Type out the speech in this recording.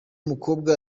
mukobwa